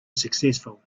successful